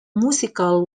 musical